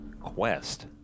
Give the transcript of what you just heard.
quest